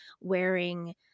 wearing